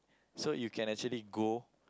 so you can actually go